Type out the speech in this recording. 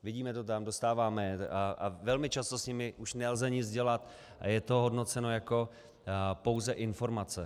Vidíme to tam, dostáváme je a velmi často s nimi už nelze nic dělat a je to hodnoceno jako pouze informace.